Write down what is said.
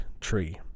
tree